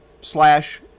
slash